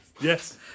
Yes